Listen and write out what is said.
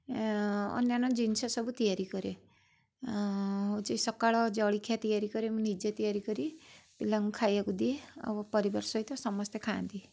ଅନ୍ୟାନ ଜିନିଷ ସବୁ ତିଆରି କରେ ଆଉ ହେଉଛି ସକାଳ ଜଳଖିଆ ତିଆରି କରି ମୁଁ ନିଜେ ତିଆରି କରି ପିଲାଙ୍କୁ ଖାଇବାକୁ ଦିଏ ଆଉ ପରିବାର ସହିତ ସମସ୍ତେ ଖାଆନ୍ତି